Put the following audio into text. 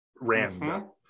ram